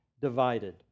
divided